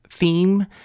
Theme